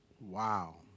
Wow